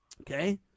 Okay